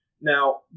Now